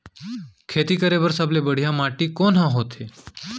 खेती करे बर सबले बढ़िया माटी कोन हा होथे?